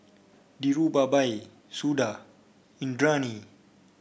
Dhirubhai Suda Indranee